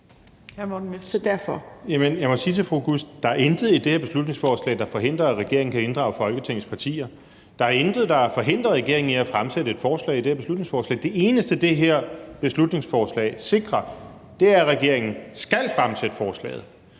jeg må sige til fru Halime Oguz, at der er intet i det her beslutningsforslag, der forhindrer, at regeringen kan inddrage Folketingets partier. Der er intet i det her beslutningsforslag, der forhindrer regeringen i at fremsætte et forslag. Det eneste, det her beslutningsforslag sikrer, er, at regeringen skal fremsætte forslaget.